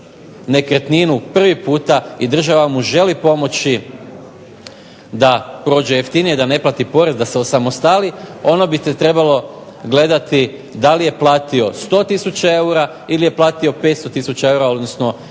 nekretninu prvi puta i država mu želi pomoći da prođe jeftinije, da ne plati porez, da se osamostali ono bi se trebalo gledati da li je platio 100 tisuća eura ili je platio 500 tisuća eura, odnosno